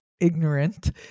ignorant